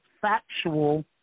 factual